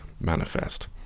manifest